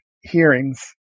hearings